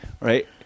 right